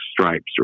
stripes